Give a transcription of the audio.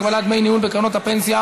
הגבלת דמי ניהול בקרנות הפנסיה),